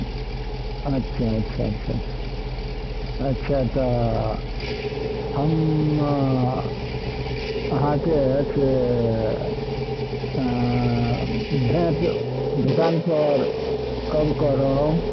अच्छा अच्छा अच्छा अच्छा अच्छा तऽ हम अहाँकेँ से भेँट दोकानपर कब करब